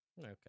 okay